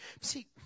See